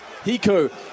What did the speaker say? Hiko